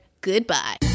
Goodbye